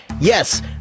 yes